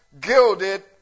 gilded